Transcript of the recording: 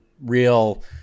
real